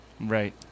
Right